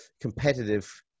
competitive